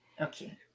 Okay